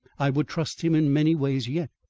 i would trust him in many ways yet.